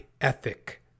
ethic